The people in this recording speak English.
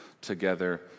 together